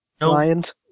Lions